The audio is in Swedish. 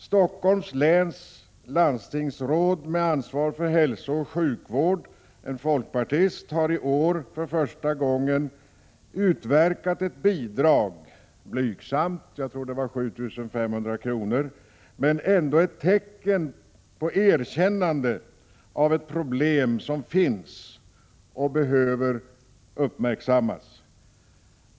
Det landstingsråd i Stockholms län som har ansvar för hälsooch sjukvården, en folkpartist, har i år för första gången utverkat ett bidrag. Det är visserligen blygsamt, 7 500 kr., men det är ändå ett tecken på erkännande av de problem som finns och som behöver uppmärksammas.